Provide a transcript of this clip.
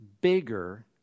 bigger